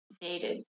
dated